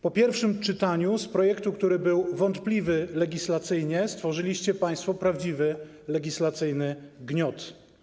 Po pierwszym czytaniu z projektu, który był wątpliwy legislacyjnie, stworzyliście państwo prawdziwy legislacyjny gniot.